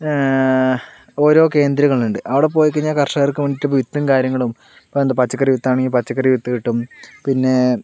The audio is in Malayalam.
ഓരോ കേന്ദ്രങ്ങളുണ്ട് അവിടെ പോയിക്കഴിഞ്ഞാൽ കർഷകർക്ക് വേണ്ടീട്ട് വിത്തും കാര്യങ്ങളും ഇപ്പോൾ എന്താ പച്ചക്കറി വിത്താണെങ്കിൽ പച്ചക്കറി വിത്ത് കിട്ടും പിന്നെ